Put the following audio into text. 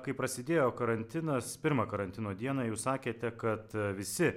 kai prasidėjo karantinas pirmą karantino dieną jūs sakėte kad visi